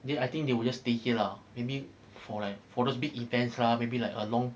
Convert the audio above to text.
then I think they will just stay here lah maybe for like those big events lah maybe like a long